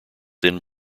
then